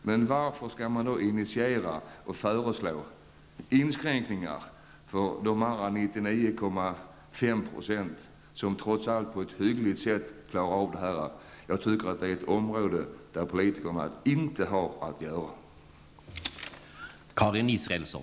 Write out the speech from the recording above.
Men varför skall man initiera och föreslå inskränkningar för de 99,5 % av medborgarna som trots allt hyggligt klarar dessa saker? Politikerna har ingenting med detta att göra, tycker jag.